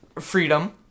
freedom